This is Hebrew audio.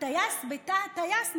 הטייס בתא הטייס,